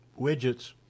widgets